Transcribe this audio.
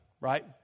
right